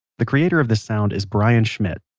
the creator of this sound is brian schmidt.